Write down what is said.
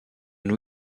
new